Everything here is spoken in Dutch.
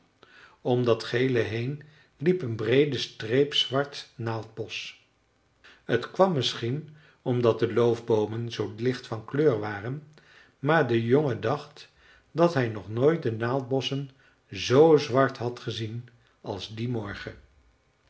dat gele heen liep een breede streep zwart naaldbosch t kwam misschien omdat de loofboomen zoo licht van kleur waren maar de jongen dacht dat hij nog nooit de naaldbosschen z zwart had gezien als dien morgen